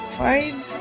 right